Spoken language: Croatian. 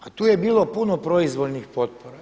A tou je bilo puno proizvoljnih potpora.